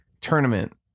tournament